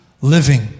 living